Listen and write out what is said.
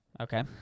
Okay